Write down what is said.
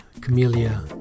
Camellia